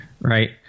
right